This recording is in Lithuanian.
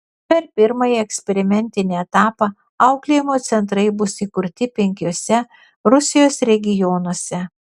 per pirmąjį eksperimentinį etapą auklėjimo centrai bus įkurti penkiuose rusijos regionuose